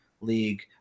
league